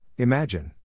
Imagine